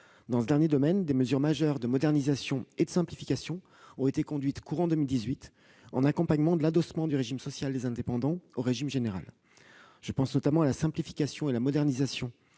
Dans ce dernier domaine, des mesures majeures de modernisation et de simplification ont été conduites courant 2018, en accompagnement de l'adossement du régime social des indépendants au régime général. Je pense en particulier à la simplification et à la modernisation